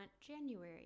january